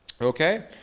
Okay